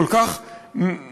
כל כך בעייתיים,